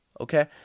Okay